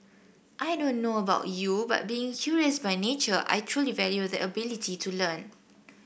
I don't know about you but being curious by nature I truly value the ability to learn